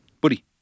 buddy